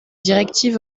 directives